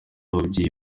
ababyeyi